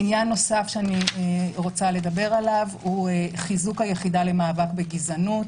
עניין נוסף, חיזוק היחידה למאבק בגזענות.